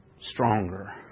stronger